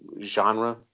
genre